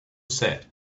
said